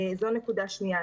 זו נקודה שנייה.